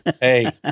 Hey